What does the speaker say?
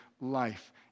life